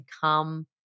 come